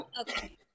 Okay